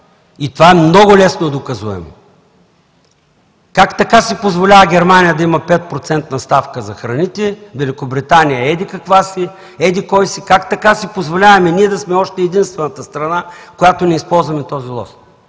Това е много лесно доказуемо. Как така Германия си позволява да има 5-процентна ставка за храните, Великобритания – еди-каква си, еди-кой си? Как така си позволяваме ние да сме още единствената страна, която не използва този лост?